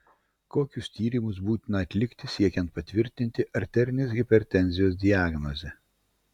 kokius tyrimus būtina atlikti siekiant patvirtinti arterinės hipertenzijos diagnozę